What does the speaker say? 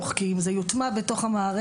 אם היה איזשהו נגיד פורטל,